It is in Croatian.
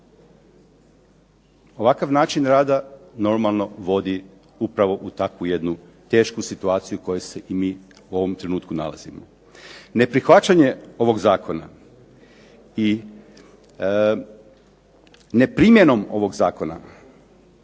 Ovakav način rada normalno vodi upravo u takvu jednu tešku situaciju u kojoj se i mi u ovom trenutku nalazimo. Neprihvaćanje ovog zakona i neprimjenom ovog zakona